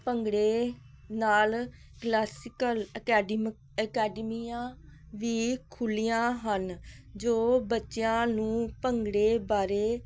ਭੰਗੜੇ ਨਾਲ ਕਲਾਸਿਕਲ ਅਕੈਡਮ ਅਕੈਡਮੀਆਂ ਵੀ ਖੁੱਲ੍ਹੀਆਂ ਹਨ ਜੋ ਬੱਚਿਆਂ ਨੂੰ ਭੰਗੜੇ ਬਾਰੇ